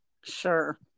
Sure